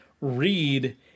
read